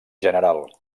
general